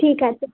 ঠিক আছে